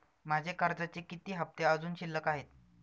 माझे कर्जाचे किती हफ्ते अजुन शिल्लक आहेत?